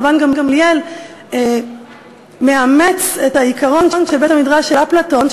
רבן גמליאל מאמץ את העיקרון של בית-המדרש של אפלטון,